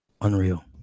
Unreal